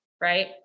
right